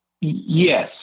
Yes